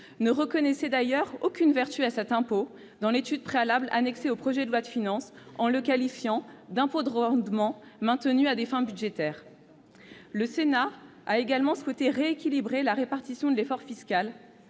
ne reconnaissait d'ailleurs aucune vertu à cet impôt dans l'étude préalable annexée au projet de loi en le qualifiant d'impôt de rendement, maintenu à des fins budgétaires. Le Sénat a également souhaité rééquilibrer la répartition de l'effort fiscal.